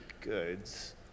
goods